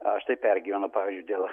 aš tai pergyvenu pavyzdžiui dėl